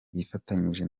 yifatanyije